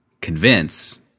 convince